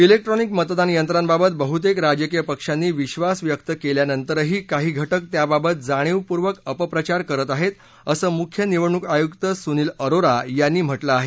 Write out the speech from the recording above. electronic मतदान यंत्रांबाबत बहुतेक राजकीय पक्षांनी विश्वास व्यक्त केल्यानंतरही काही घटक त्याबाबत जाणीवपूर्वक अपप्रचार करत आहेत असं मुख्य निवडणूक आयुक्त सुनील अरोरा यांनी म्हटलं आहे